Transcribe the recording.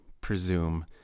presume